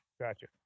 Gotcha